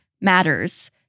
matters